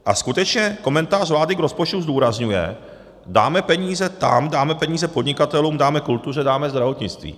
A skutečně komentář vlády k rozpočtu zdůrazňuje: dáme peníze tam, dáme peníze podnikatelům, dáme kultuře, dáme zdravotnictví.